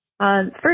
First